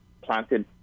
planted